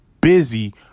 busy